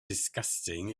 disgusting